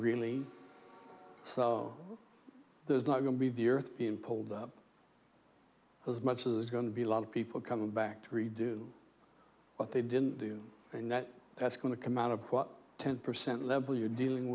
really so there's not going to be the earth being pulled up as much as is going to be a lot of people coming back to redo what they didn't do and that that's going to come out of what ten percent level you're dealing